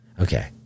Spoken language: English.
Okay